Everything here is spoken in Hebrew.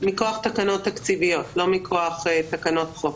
מכוח תקנות תקציביות, לא מכוח תקנות חוק.